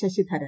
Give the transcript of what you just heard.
Sasidharan